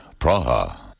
Praha